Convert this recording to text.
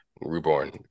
Reborn